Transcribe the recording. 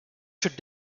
should